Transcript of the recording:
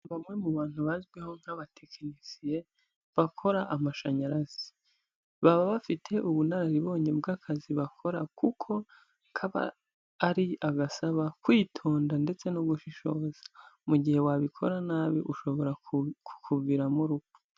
Bamwe mu bantu bazwiho nk'abatekinisiye bakora amashanyarazi, baba bafite ubunararibonye bw'akazi bakora, kuko kaba ari agasaba kwitonda ndetse no gushishoza, mu gihe wabikora nabi ushobora ku kuviramo urupfu.